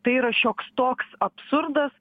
tai yra šioks toks absurdas